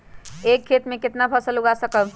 एक खेत मे केतना फसल उगाय सकबै?